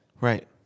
Right